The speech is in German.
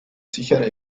sichere